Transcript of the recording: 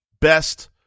best